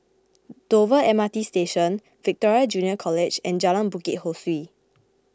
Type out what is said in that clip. Dover M R T Station Victoria Junior College and Jalan Bukit Ho Swee